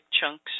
chunks